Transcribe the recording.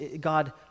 God